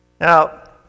Now